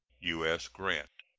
u s. grant.